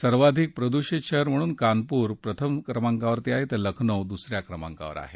सर्वाधिक प्रदुषित शहर म्हणून कानपूर प्रथम क्रमांकावर तर लखनो दुस या क्रमांकावर आहे